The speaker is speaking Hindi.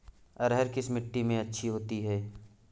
अरहर किस मिट्टी में अच्छी होती है?